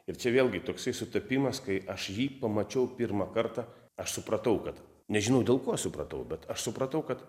ir čia vėlgi toksai sutapimas kai aš jį pamačiau pirmą kartą aš supratau kad nežinau dėl ko aš supratau bet aš supratau kad